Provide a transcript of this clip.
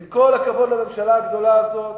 ועם כל הכבוד לממשלה הגדולה הזאת